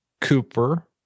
Cooper